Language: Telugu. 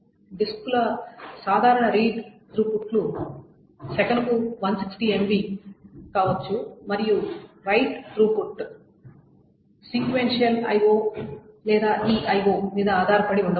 డిస్క్ల సాధారణ రీడ్ త్రూపుట్లు సెకనుకు 160 MB కావచ్చు మరియు రైట్ త్రూపుట్లు సీక్వెన్షియల్ IO లేదా ఈ IO మీద ఆధారపడి ఉండవచ్చు